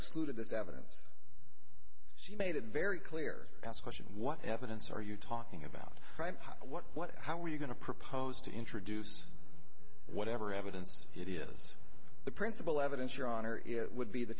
excluded this evidence she made it very clear ask question what evidence are you talking about what how were you going to propose to introduce whatever evidence it is the principal evidence your honor it would be the